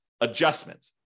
adjustment